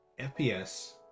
FPS